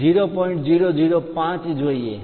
005 જોઈએ